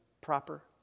proper